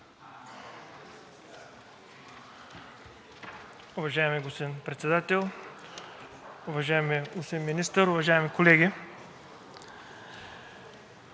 Уважаеми господин Председател, уважаеми господин Министър, уважаеми колеги!